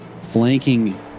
Flanking